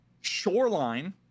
Shoreline